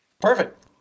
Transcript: Perfect